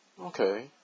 Okay